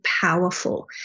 powerful